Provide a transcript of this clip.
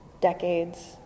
decades